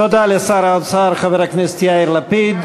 תודה לשר האוצר חבר הכנסת יאיר לפיד.